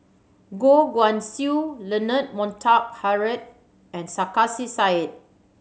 Goh Guan Siew Leonard Montague Harrod and Sarkasi Said